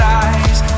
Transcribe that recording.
eyes